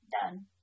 done